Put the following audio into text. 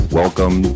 welcome